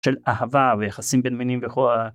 של אהבה ויחסים בין מינים וכל.